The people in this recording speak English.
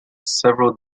several